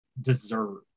deserve